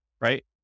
right